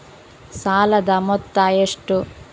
ಸಾಲದ ಮೊತ್ತ ಎಷ್ಟು?